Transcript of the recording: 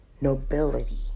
nobility